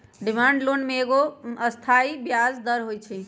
demand loan में एगो अस्थाई ब्याज दर होइ छइ